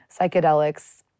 psychedelics